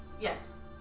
Yes